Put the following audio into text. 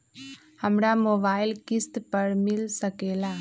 हमरा मोबाइल किस्त पर मिल सकेला?